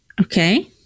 Okay